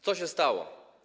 Co się stało?